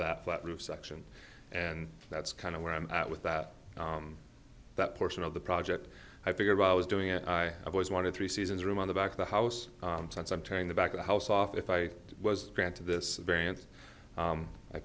that flat roof section and that's kind of where i'm at with that that portion of the project i figured i was doing it i have always wanted three seasons room on the back of the house on time so i'm turning the back of the house off if i was granted this